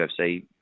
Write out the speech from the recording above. UFC